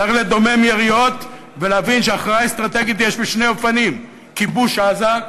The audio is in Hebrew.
צריך לדומם יריות ולהבין שהכרעה אסטרטגית יש בשני אופנים: כיבוש עזה,